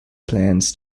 plans